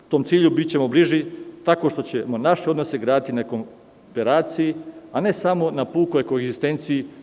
Tom cilju bićemo bliži tako što ćemo naše odnose graditi na komperaciji, a ne samo na pukoj konsistenciji.